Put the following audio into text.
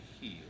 heal